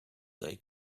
they